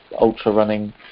ultra-running